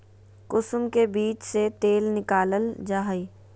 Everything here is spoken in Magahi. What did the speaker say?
कुसुम के बीज से तेल निकालल जा हइ